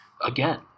again